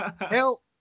help